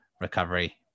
recovery